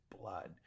blood